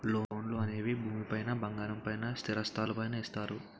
లోన్లు అనేవి భూమి పైన బంగారం పైన స్థిరాస్తులు పైన ఇస్తారు